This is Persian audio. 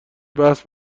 بحث